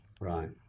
Right